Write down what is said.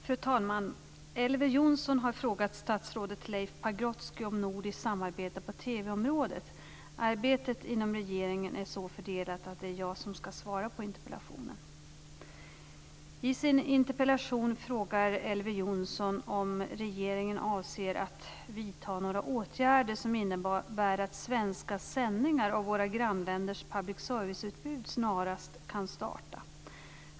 Fru talman! Elver Jonsson har frågat statsrådet området. Arbetet inom regeringen är så fördelat att det är jag som ska svara på interpellationen. I sin interpellation frågar Elver Jonsson om regeringen avser att vidta några åtgärder som innebär att svenska sändningar av våra grannländers public service-utbud snarast kan starta.